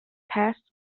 past